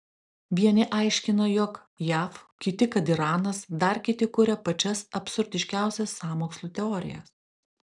vieni aiškina jog jav kiti kad iranas dar kiti kuria pačias absurdiškiausias sąmokslų teorijas